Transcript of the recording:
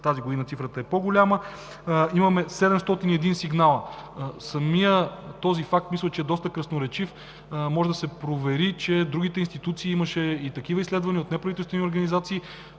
тази година цифрата е по-голяма. Имаме 701 сигнала. Самият този факт мисля, че е доста красноречив. Може да се провери, имаше и такива изследвания от неправителствени организации,